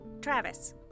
Travis